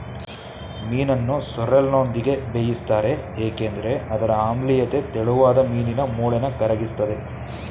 ಮೀನನ್ನು ಸೋರ್ರೆಲ್ನೊಂದಿಗೆ ಬೇಯಿಸ್ತಾರೆ ಏಕೆಂದ್ರೆ ಅದರ ಆಮ್ಲೀಯತೆ ತೆಳುವಾದ ಮೀನಿನ ಮೂಳೆನ ಕರಗಿಸ್ತದೆ